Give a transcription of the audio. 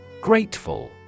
Grateful